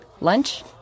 Lunch